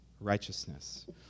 righteousness